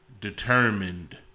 determined